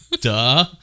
Duh